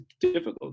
difficult